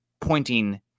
pointing